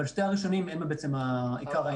אבל שני הראשונים הם בעצם עיקר העניין.